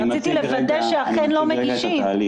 רציתי לוודא שאכן לא מגישים.